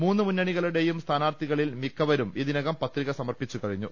മൂന്ന് മുന്നണികളുടെയും സ്ഥാനാർത്ഥികളിൽ മിക്കവരും ഇതിനകം പത്രിക സമർപ്പിച്ചു കഴിഞ്ഞു